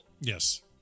Yes